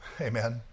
Amen